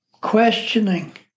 questioning